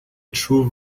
true